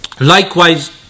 Likewise